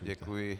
Děkuji.